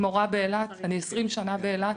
באילת, אני 20 שנה באילת.